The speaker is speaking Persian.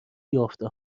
یافته